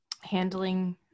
handling